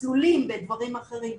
במסלולים ובדברים אחרים.